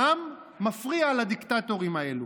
העם מפריע לדיקטטורים האלה.